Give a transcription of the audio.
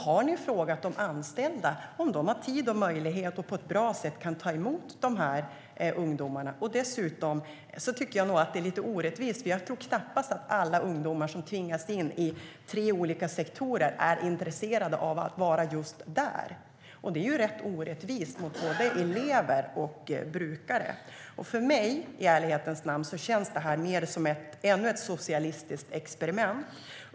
Har ni frågat de anställda om de har tid och möjlighet att ta emot de här ungdomarna på ett bra sätt? Dessutom tycker jag att detta är lite orättvist. Jag tror knappast att alla ungdomar som tvingas in i dessa tre olika sektorer är intresserade av att vara just där. Det är rätt orättvist mot både elever och brukare. För mig känns det här i ärlighetens namn mer som ännu ett socialistiskt experiment.